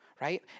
right